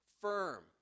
firm